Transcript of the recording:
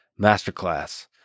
Masterclass